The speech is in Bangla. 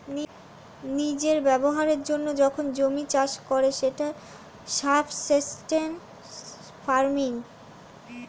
নিজের ব্যবহারের জন্য যখন জমি চাষ করে সেটা সাবসিস্টেন্স ফার্মিং